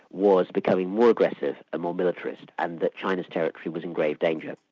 was becoming more aggressive and more militarist and that chinese territory was in grave danger.